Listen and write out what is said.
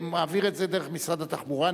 מעביר את זה דרך משרד התחבורה,